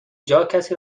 جاها، کسی